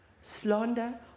Slander